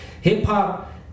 hip-hop